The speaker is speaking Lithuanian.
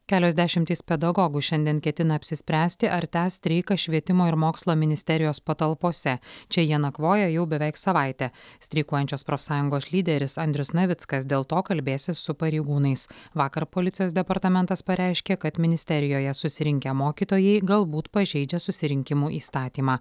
kelios dešimtys pedagogų šiandien ketina apsispręsti ar tęs streiką švietimo ir mokslo ministerijos patalpose čia jie nakvoja jau beveik savaitę streikuojančios profsąjungos lyderis andrius navickas dėl to kalbėsis su pareigūnais vakar policijos departamentas pareiškė kad ministerijoje susirinkę mokytojai galbūt pažeidžia susirinkimų įstatymą